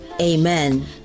amen